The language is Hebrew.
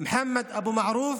מוחמד אבו מערוף,